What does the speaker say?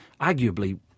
arguably